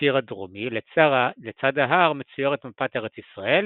בקיר הדרומי, לצד ההר מצוירת מפת ארץ ישראל,